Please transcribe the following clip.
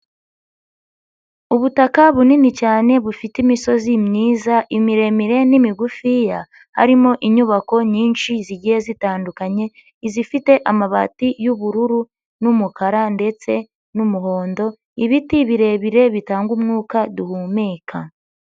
Ubutaka bunini cyane bufite imisozi myiza, imiremire n'imigufiya, harimo inyubako nyinshi zigiye zitandukanye, izifite amabati y'ubururu n'umukara ndetse n'umuhondo, ibiti birebire bitanga umwuka duhumeka.